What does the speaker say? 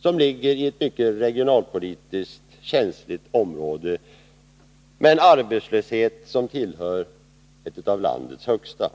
som ligger i ett regionalpolitiskt känsligt område med en arbetslöshet som tillhör landets högsta.